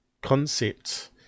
concept